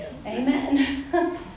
Amen